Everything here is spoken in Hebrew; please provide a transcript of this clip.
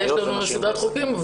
נכון.